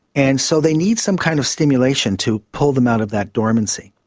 and so they need some kind of stimulation to pull them out of that dormancy.